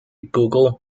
google